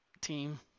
team